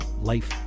life